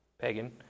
pagan